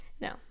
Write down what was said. no